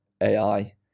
ai